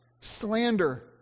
slander